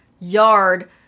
yard